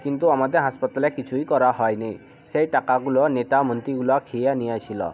কিন্তু আমাদের হাসপাতালে কিছুই করা হয় নি সেই টাকাগুলো নেতা মন্ত্রীগুলো খেয়ে নিয়েছিলো